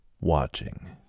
watching